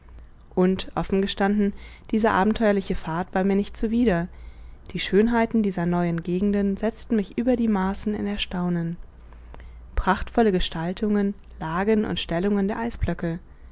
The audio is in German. und offen gestanden diese abenteuerliche fahrt war mir nicht zuwider die schönheiten dieser neuen gegenden setzten mich über die maßen in erstaunen prachtvolle gestaltungen lagen und stellungen der eisblöcke